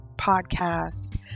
podcast